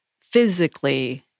physically